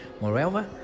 Moreover